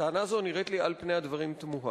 הטענה הזאת נראית על פני הדברים תמוהה.